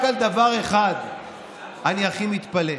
על דבר אחד אני הכי מתפלא: